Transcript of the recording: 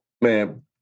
Man